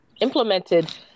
implemented